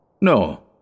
No